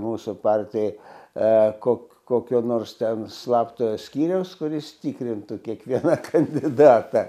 mūsų partijoj a kok kokio nors ten slaptojo skyriaus kuris tikrintų kiekvieną kandidatą